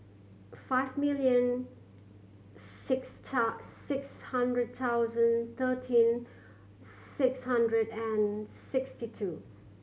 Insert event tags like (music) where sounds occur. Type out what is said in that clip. five million six (unintelligible) six hundred thousand thirteen six hundred and sixty two